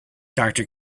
doctor